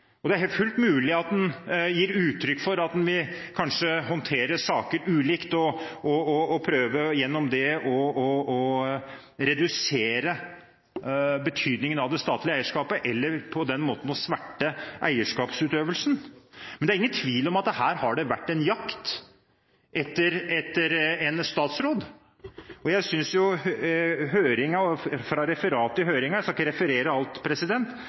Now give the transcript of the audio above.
uttrykk for at en kanskje vil håndtere saker ulikt og prøve gjennom det å redusere betydningen av det statlige eierskapet, eller på den måten å sverte eierskapsutøvelsen, men det er ingen tvil om at det her har vært en jakt etter en statsråd. Jeg synes at det i referatet fra høringen kommer tydelig til uttrykk i spørsmålsutvekslingen mellom komiteens leder, Anders Anundsen, og Jan Erik Korssjøen – jeg skal ikke referere alt